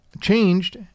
changed